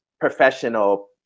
professional